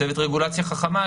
"צוות רגולציה חכמה",